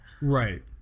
Right